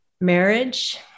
marriage